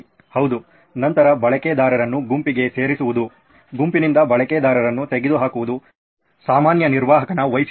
ಹೌದು ನಂತರ ಬಳಕೆದಾರರನ್ನು ಗುಂಪಿಗೆ ಸೇರಿಸುವುದು ಗುಂಪಿನಿಂದ ಬಳಕೆದಾರರನ್ನು ತೆಗೆದುಹಾಕುವುದು ಸಾಮಾನ್ಯ ನಿರ್ವಾಹಕನ ವೈಶಿಷ್ಟ್ಯಗಳು